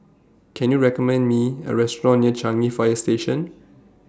Can YOU recommend Me A Restaurant near Changi Fire Station